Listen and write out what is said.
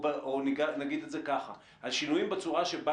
או נגיד את זה ככה: השינויים בצורה שבה